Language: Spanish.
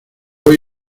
hoy